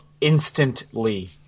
instantly